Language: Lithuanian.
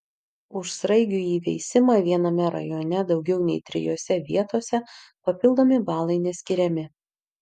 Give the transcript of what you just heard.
už sraigių įveisimą viename rajone daugiau nei trijose vietose papildomi balai neskiriami